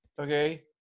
okay